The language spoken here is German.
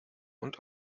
und